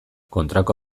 kontrako